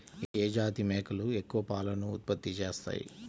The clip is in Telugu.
ఏ జాతి మేకలు ఎక్కువ పాలను ఉత్పత్తి చేస్తాయి?